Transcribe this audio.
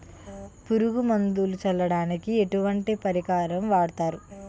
పురుగు మందులు చల్లడానికి ఎటువంటి పరికరం వాడతారు?